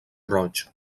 roig